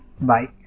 bye